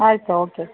ಆಯ್ತು ಓಕೆ